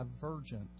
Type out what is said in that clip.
divergent